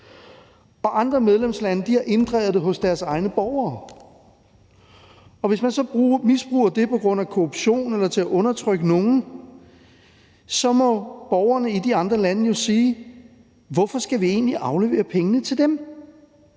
og andre medlemslande har inddrevet pengene hos deres egne borgere. Og hvis man så misbruger det på grund af korruption eller til at undertrykke nogen, så må borgerne i de andre lande jo sige: Hvorfor skal vi egentlig aflevere pengene til dem?